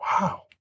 wow